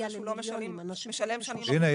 שהוא לא משלם שנים ארוכות --- הנה,